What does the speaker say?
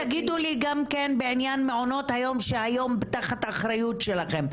תגידו לי גם כן בעניין מעונות היום שהיום תחת אחריות שלכם,